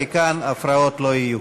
כי כאן הפרעות לא יהיו.